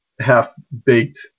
half-baked